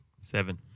seven